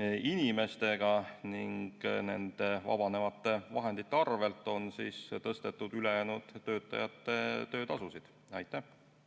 inimestega. Nende vabanevate vahenditega on tõstetud ülejäänud töötajate töötasusid. Aitäh!